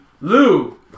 Lou